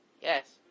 Yes